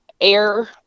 air